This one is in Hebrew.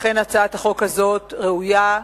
לכן הצעת החוק הזאת ראויה,